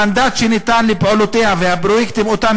המנדט שניתן לפעולותיה והפרויקטים אותם